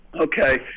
Okay